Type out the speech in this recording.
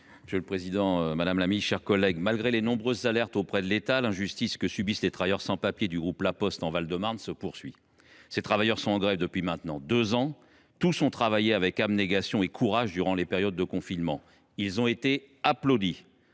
du plein emploi et de l’insertion. Malgré les nombreuses alertes auprès de l’État, l’injustice que subissent les travailleurs sans papiers du groupe La Poste dans le Val de Marne se poursuit. Ces travailleurs sont en grève depuis maintenant deux ans. Tous ont travaillé avec abnégation et courage durant les périodes de confinement ; ils ont même été applaudis.